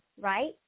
right